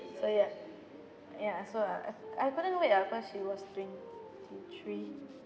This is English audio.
so ya ya so uh I couldn't wait ah cause she was twenty three